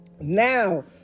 Now